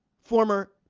former